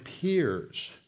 peers